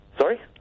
Sorry